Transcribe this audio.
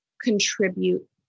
contribute